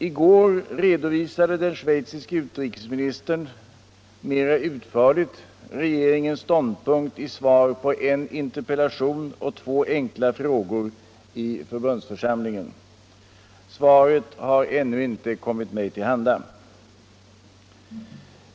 I går redovisade den schweiziske utrikesministern mer utförligt regeringens ståndpunkt i svar på en interpellation och två enkla frågor till förbundsförsamlingen. Svaret har ännu inte kommit mig till handa.